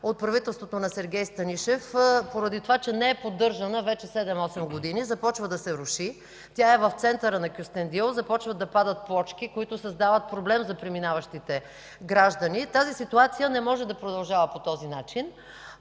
от правителството на Сергей Станишев, поради това че не е поддържана вече 7-8 години, започва да се руши. Тя е в центъра на Кюстендил. Започват да падат плочки, които създават проблем за преминаващите граждани. Ситуацията не може да продължава по този начин.